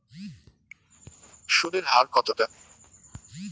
সুদের হার কতটা?